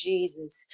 Jesus